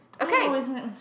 Okay